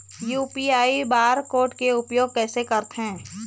UPI bar code के उपयोग कैसे करथें?